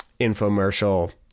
infomercial